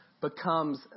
becomes